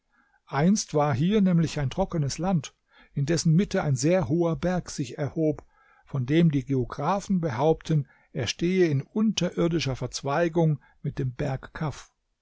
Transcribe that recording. einst war hier nämlich ein trockenes land in dessen mitte ein sehr hoher berg sich erhob von dem die geographen behaupten er stehe in unterirdischer verzweigung mit dem berg kaf